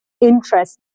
interest